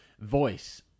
voice